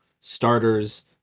starters